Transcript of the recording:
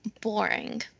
boring